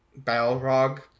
Balrog